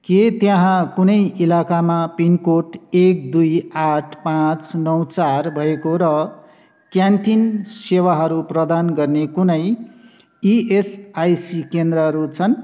के त्यहाँ कुनै इलाकामा पिनकोड एक दुई आठ पाँच नौ चार भएको र क्यान्टिन सेवाहरू प्रदान गर्ने कुनै इएसआइसी केन्द्रहरू छन्